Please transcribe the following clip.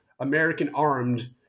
American-armed